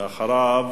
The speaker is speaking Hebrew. אחריו,